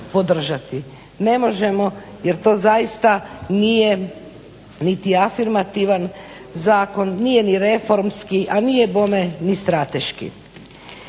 Ne možemo jer to zaista nije niti afirmativan zakon, nije ni reformski, a nije bome ni strateški.